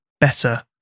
better